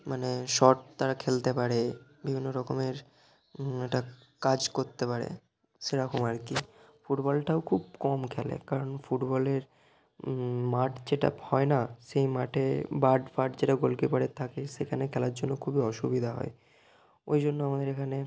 মানে শর্ট তারা খেলতে পারে বিভিন্ন রকমের একটা কাজ করতে পারে সেরকম আর কি ফুটবলটাও খুব কম খেলে কারণ ফুটবলের মাঠ যেটা হয় না সেই মাঠে বাড ফাড যেটা গোলকিপারের থাকে সেখানে খেলার জন্য খুবই অসুবিধা হয় ওই জন্য আমাদের এখানে